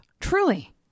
Truly